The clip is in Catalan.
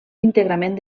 íntegrament